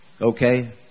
Okay